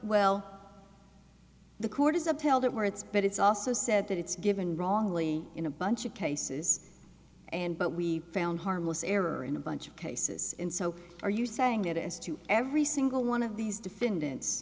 it where it's but it's also said that it's given wrongly in a bunch of cases and but we found harmless error in a bunch of cases and so are you saying that as to every single one of these defendants